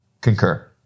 Concur